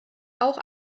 auch